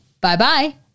Bye-bye